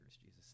Jesus